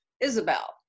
Isabel